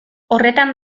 horretan